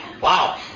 wow